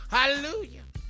Hallelujah